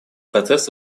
процесс